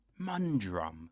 mundrum